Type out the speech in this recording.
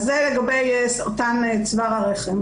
אז זה לגבי סרטן צוואר הרחם.